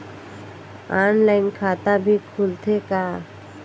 Online खाता भी खुलथे का?